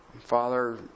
Father